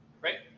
right